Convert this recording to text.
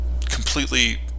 completely